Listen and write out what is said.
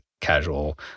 casual